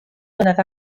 flynedd